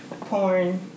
porn